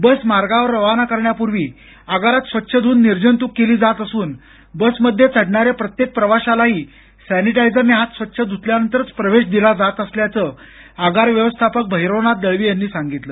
बस मार्गावर रवाना करण्यापूर्वी आगारात स्वच्छ धुवून निर्जंतूक केली जात असून बसमध्ये जाणाऱ्या प्रत्येक प्रवाशालाही सॅनिटायझरने हात स्वच्छ धुतल्यानंतरच प्रवेश दिला जात असल्याचं आगार व्यवस्थापक भैरवनाथ दळवी यांनी सांगितलं